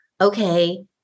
okay